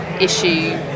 issue